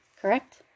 correct